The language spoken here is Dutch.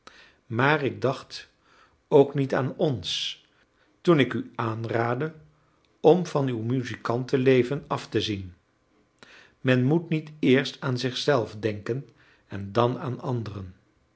maar ik dacht ook niet aan ons toen ik u aanraadde om van uw muzikanten leven af te zien men moet niet eerst aan zich zelf denken en dan aan anderen